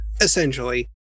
essentially